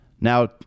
Now